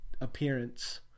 appearance